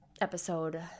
episode